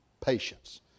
Patience